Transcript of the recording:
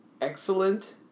excellent